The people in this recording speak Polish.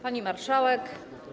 Pani Marszałek!